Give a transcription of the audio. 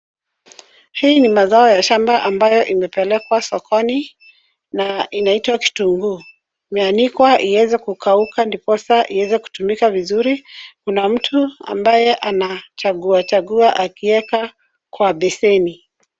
Hii ni mazao ya shamba ambayo imepelekwa sokoni, na inaitwa kitunguu. Imeanikwa ieze kukauka ndiposa ieze kutumika vizuri. Kuna mtu ambaye anachagua chagua akieka kwa beseni.